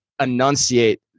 enunciate